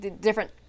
different